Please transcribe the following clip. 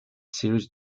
series